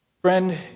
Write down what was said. Friend